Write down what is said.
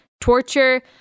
torture